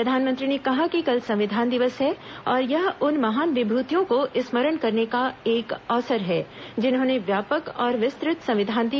प्रधानमंत्री ने कहा कि कल संविधान दिवस है और यह उन महान विभूतियों को स्मरण करने का एक अवसर है जिन्होंने व्यापक और विस्तृत संविधान दिया